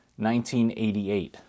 1988